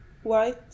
white